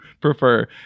prefer